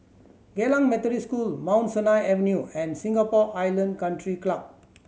Geylang Methodist School Mount Sinai Avenue and Singapore Island Country Club